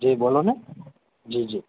જી બોલોને જી જી